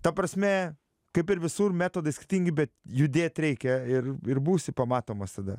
ta prasme kaip ir visur metodai skirtingi bet judėt reikia ir ir būsi pamatomas tada